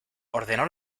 ordeno